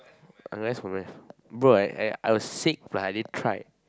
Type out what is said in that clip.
unless for Math bro I I was sick plus I didn't try